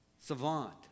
Savant